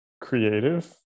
creative